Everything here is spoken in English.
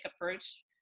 approach